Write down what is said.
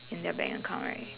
in their bank account right